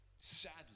sadly